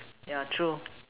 yeah true